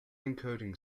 encoding